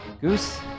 Goose